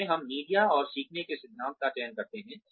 जिसमें हम मीडिया और सीखने के सिद्धांतों का चयन करते हैं